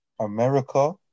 America